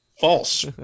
False